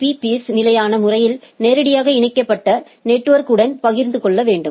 பீ peers நிலையான முறையில் நேரடியாக இணைக்கப்பட்ட நெட்வொர்க் உடன் பகிர்ந்து கொள்ள வேண்டும்